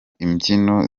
imbyino